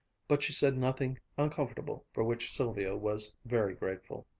but she said nothing uncomfortable, for which sylvia was very grateful.